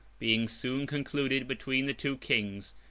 being soon concluded between the two kings,